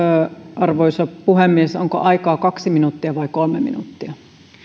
arvoisa puhemies onko aikaa kaksi minuuttia vai kolme minuuttia